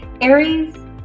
Aries